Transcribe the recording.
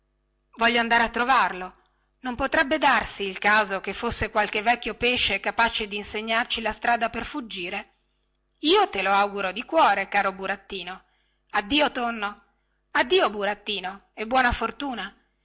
voglio andare a trovarlo non potrebbe darsi il caso che fosse qualche vecchio pesce capace di insegnarmi la strada per fuggire io te lauguro di cuore caro burattino addio tonno addio burattino e buona fortuna